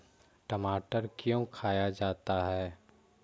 टमाटर क्यों खाया जाता है?